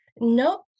Nope